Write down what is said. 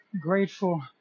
grateful